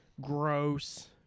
gross